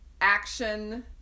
action